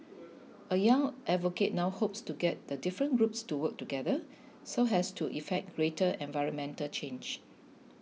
a young advocate now hopes to get the different groups to work together so has to effect greater environmental change